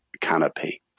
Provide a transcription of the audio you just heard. canopy